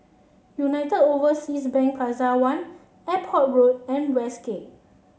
United Overseas Bank Plaza One Airport Road and Westgate